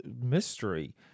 mystery